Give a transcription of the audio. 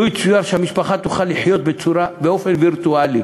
לו יצויר שהמשפחה תוכל לחיות באופן וירטואלי